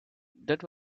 that